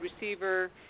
receiver